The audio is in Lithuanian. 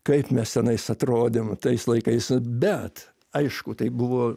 kaip mes tenais atrodėm tais laikais bet aišku tai buvo